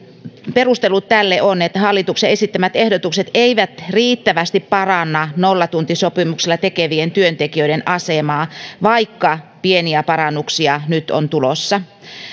perustelut tälle ovat että hallituksen esittämät ehdotukset eivät riittävästi paranna nollatuntisopimuksella tekevien työntekijöiden asemaa vaikka pieniä parannuksia nyt on tulossa